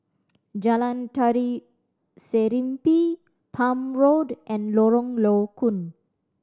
Jalan Tari Serimpi Palm Road and Lorong Low Koon